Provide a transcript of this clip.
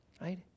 right